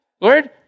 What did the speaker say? Lord